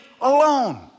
alone